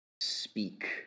speak